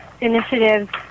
initiatives